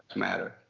matter.